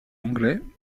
anglais